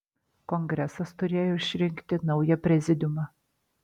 kongresas turėjo išrinkti naują prezidiumą